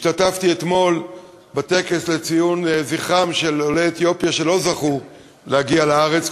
השתתפתי אתמול בטקס לציון זכרם של עולי אתיופיה שלא זכו להגיע לארץ,